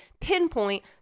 pinpoint